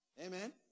Amen